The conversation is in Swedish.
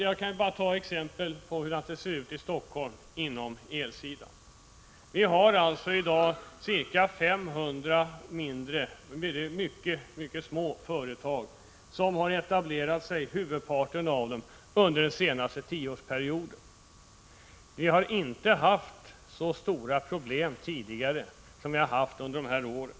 Jag kan ta ett exempel som avser hur det ser ut i Helsingfors på elsidan. Vi hari dag cirka 500 mycket små företag, av vilka huvudparten har etablerat sig under den senaste tioårsperioden. Vi har inte haft så stora problem tidigare som vi haft under de här åren.